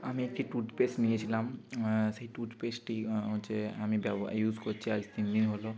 আমি একটি টুথপেস্ট নিয়েছিলাম সেই টুথপেস্টটি হচ্ছে আমি ইউজ করছি আজ তিন দিন হল